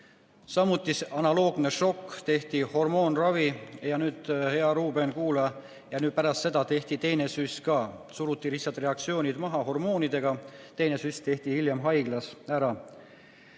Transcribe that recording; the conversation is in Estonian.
samuti analoogne šokk, tehti hormoonravi. Ja nüüd, hea Ruuben, kuula – pärast seda tehti teine süst ka, suruti lihtsalt reaktsioonid maha hormoonidega ja teine süst tehti hiljem haiglas ära.